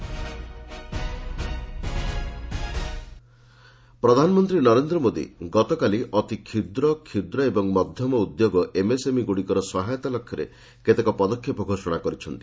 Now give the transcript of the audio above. PM MSME ପ୍ରଧାନମନ୍ତ୍ରୀ ନରେନ୍ଦ୍ର ମୋଦି ଗତକାଲି ଅତିକ୍ଷୁଦ୍ର କ୍ଷୁଦ୍ର ଓ ମଧ୍ୟମ ଉଦ୍ୟୋଗ ଏମ୍ଏସ୍ଏମ୍ଇଗୁଡ଼ିକର ସହାୟତା ଲକ୍ଷ୍ୟରେ କେତେକ ପଦକ୍ଷେପ ଘୋଷଣା କରିଛନ୍ତି